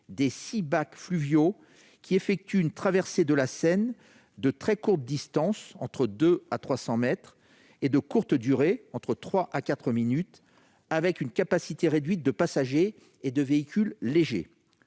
des six bacs fluviaux, qui effectuent une traversée de la Seine de très courte distance, entre 200 mètres et 300 mètres, et de courte durée, entre trois minutes et quatre minutes, avec une capacité réduite de passagers et de véhicules légers.